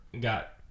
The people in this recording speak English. got